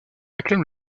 réclame